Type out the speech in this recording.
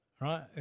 right